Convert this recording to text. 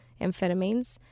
amphetamines